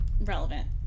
relevant